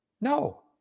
No